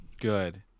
Good